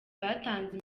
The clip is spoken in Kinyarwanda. batanze